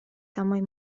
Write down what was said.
самой